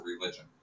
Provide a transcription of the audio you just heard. religion